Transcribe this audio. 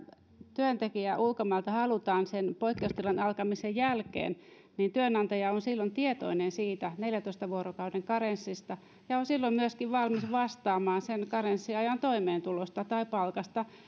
työntekijä ulkomailta halutaan sen poikkeustilan alkamisen jälkeen niin työnantaja on silloin tietoinen siitä neljäntoista vuorokauden karenssista ja on silloin myöskin valmis vastaamaan karenssiajan toimeentulosta tai palkasta